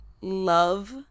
love